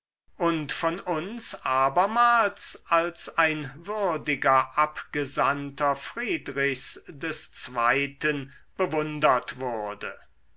und von uns abermals als ein würdiger abgesandter friedrichs des zweiten bewundert wurde